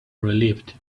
relieved